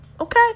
okay